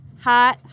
hot